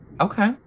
Okay